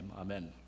amen